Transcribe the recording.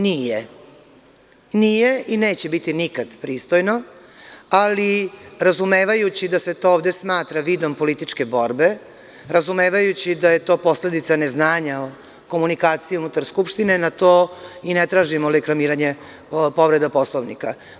Nije i neće biti nikada pristojno, ali razumevajući da se to ovde smatra vidom političke borbe, razumevajući da je to posledica neznanja, komunikacije unutar Skupštine, na to i ne tražimo reklamiranje povreda Poslovnika.